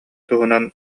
туһунан